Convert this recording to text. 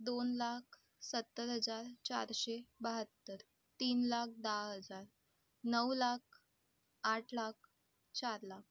दोन लाख सत्तर हजार चारशे बहात्तर तीन लाख दहा हजार नऊ लाख आठ लाख चार लाख